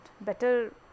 better